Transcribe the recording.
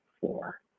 four